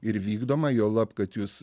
ir vykdoma juolab kad jūs